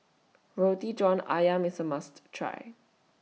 Roti John Ayam IS A must Try